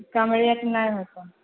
कम rate नहि होतऽ